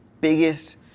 biggest